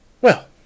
Well